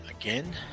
again